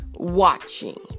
watching